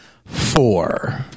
four